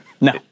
No